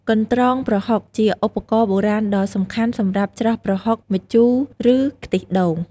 កន្រ្តងប្រហុក ជាឧបករណ៍បុរាណដ៏សំខាន់សម្រាប់ច្រោះប្រហុក ម្ជូរ ឬខ្ទិះដូង។